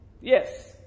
yes